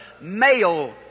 male